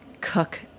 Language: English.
cook